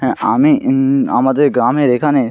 হ্যাঁ আমি আমাদের গ্রামের এখানে